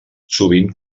sovint